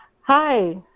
Hi